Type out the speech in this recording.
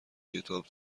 کتاب